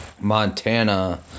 Montana